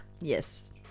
Yes